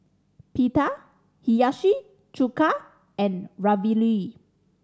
Pita Hiyashi Chuka and Ravioli